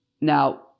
Now